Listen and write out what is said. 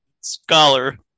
scholar